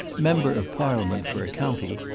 member of parliament for a county,